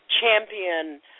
champion